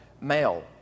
male